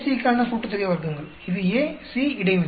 AC க்கான கூட்டுத்தொகை வர்க்கங்கள் இது A C இடைவினை